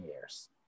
years